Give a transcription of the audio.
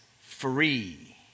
free